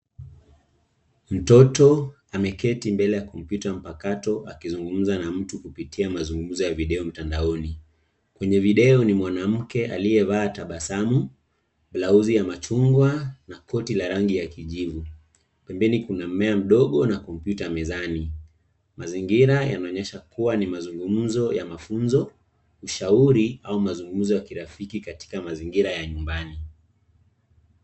Mtoto ameketi mbele ya kompyuta mpakato akizungumza na mtu kupitia mazungumzo ya video mtandaoni. Kwenye video ni mwanamke aliyevaa tabasamu, blausi ya machungwa, na koti la rangi ya kijivu. Pembeni kuna mmea mdogo na kompyuta mezani. Mazingira yanaonyesha kuwa ni mazungumzo ya mafunzo, ushauri, au mazungumzo ya kirafiki katika mazingira ya nyumbani.